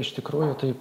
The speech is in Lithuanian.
iš tikrųjų tai